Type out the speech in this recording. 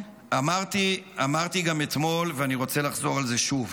אמרתי אתמול, ואני רוצה לחזור על זה שוב: